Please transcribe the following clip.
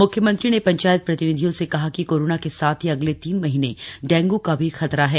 म्ख्यमंत्री ने पंचायत प्रतिनिधियों से कहा कि कोरोना के साथ ही अगले तीन महीने डेंगू का भी खतरा है